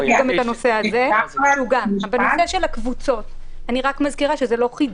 בנושא הקבוצות, אני רק מזכירה שזה לא חידוש.